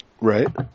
Right